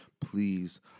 Please